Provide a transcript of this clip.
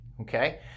okay